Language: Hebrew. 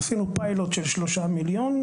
עשינו פיילוט של 3 מיליון.